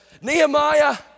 Nehemiah